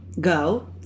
go